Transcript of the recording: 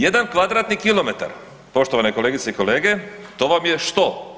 Jedan kvadratni kilometar, poštovane kolegice i kolege, to vam je što?